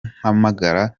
mpamagara